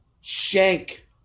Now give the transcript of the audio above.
Shank